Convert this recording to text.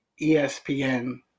ESPN